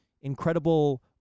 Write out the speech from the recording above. Incredible